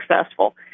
successful